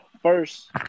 First